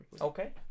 okay